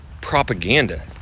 propaganda